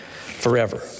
forever